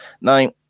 Now